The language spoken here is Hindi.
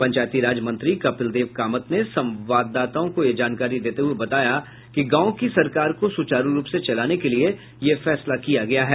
पंचायती राज मंत्री कपिल देव कामत ने संवाददाताओं को यह जानकारी देते हुये बताया कि गांव की सरकार को सुचारू रूप से चलाने के लिये यह फैसला किया गया है